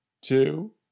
two